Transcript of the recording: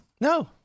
No